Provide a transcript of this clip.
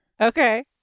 Okay